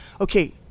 okay